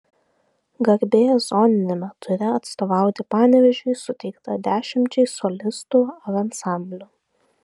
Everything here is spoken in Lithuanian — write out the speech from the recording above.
garbė zoniniame ture atstovauti panevėžiui suteikta dešimčiai solistų ar ansamblių